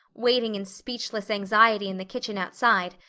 waiting in speechless anxiety in the kitchen outside,